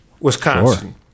Wisconsin